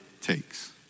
takes